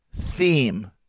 theme